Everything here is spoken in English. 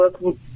look